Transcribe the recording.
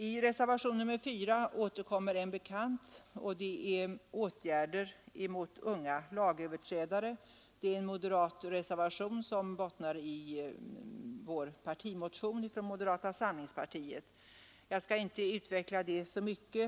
I reservationen 4 återkommer en bekant, åtgärder mot unga lagöverträdare. Det är en moderat reservation som bottnar i partimotionen från moderata samlingspartiet. Jag skall inte utveckla det så mycket.